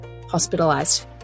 hospitalised